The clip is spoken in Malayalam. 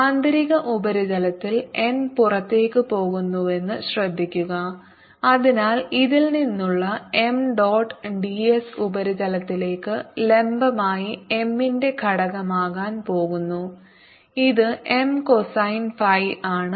ആന്തരിക ഉപരിതലത്തിൽ n പുറത്തേക്ക് പോകുന്നുവെന്നത് ശ്രദ്ധിക്കുക അതിനാൽ ഇതിൽ നിന്നുള്ള M dot ds ഉപരിതലത്തിലേക്ക് ലംബമായി M ന്റെ ഘടകമാകാൻ പോകുന്നു ഇത് M കോസൈൻ ഫൈ ആണ്